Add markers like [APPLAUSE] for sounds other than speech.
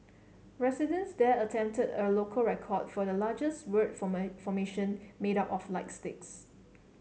residents there attempted a local record for the largest word [UNINTELLIGIBLE] formation made up of light sticks